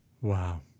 Wow